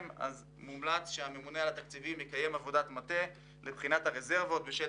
על הממונה על התקציבים לקיים עבודת מטה לבחינת רזרבות בשל